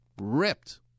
ripped